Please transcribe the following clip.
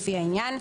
לפי העניין.